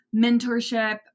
mentorship